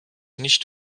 nicht